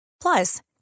Plus